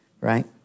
right